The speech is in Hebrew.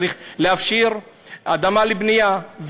צריך להפשיר אדמה לבנייה,